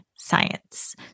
science